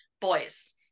boys